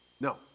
No